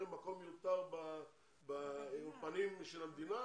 מקום מיותר באולפנים של המדינה?